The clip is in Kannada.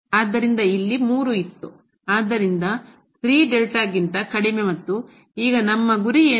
ಆದ್ದರಿಂದ ಇಲ್ಲಿ 3 ಇತ್ತು ಆದ್ದರಿಂದ ಮತ್ತು ಈಗ ನಮ್ಮ ಗುರಿ ಏನು